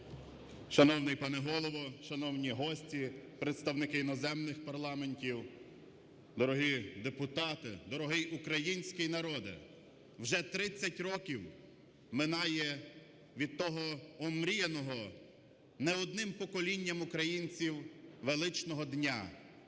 Шановний пане Голово, шановні гості, представники іноземних парламентів, дорогі депутати, дорогий український народе! Вже 30 років минає від того омріяного не одним поколінням українців величного дня,